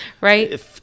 Right